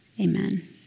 Amen